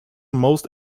most